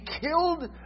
killed